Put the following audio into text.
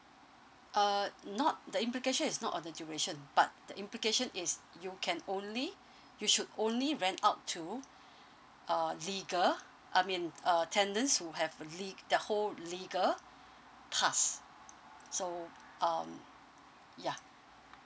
uh not the implication is not on the duration but the implication is you can only you should only rent out to uh legal I mean uh tenants who have le~ the whole legal task so um yeah